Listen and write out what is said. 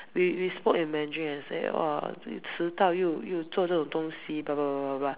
we we spoke in Mandarin and said 迟到又做这种东西